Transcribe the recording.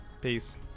Peace